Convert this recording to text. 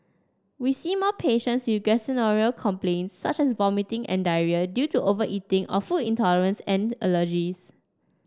we see more patients you gastrointestinal complaints such as vomiting and diarrhoea due to overeating or food intolerance and allergies